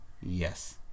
Yes